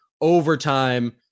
overtime